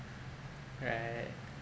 right